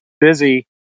busy